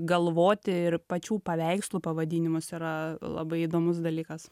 galvoti ir pačių paveikslų pavadinimus yra labai įdomus dalykas